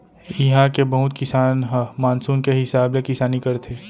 इहां के बहुत किसान ह मानसून के हिसाब ले किसानी करथे